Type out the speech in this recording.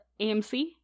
AMC